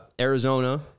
Arizona